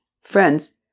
Friends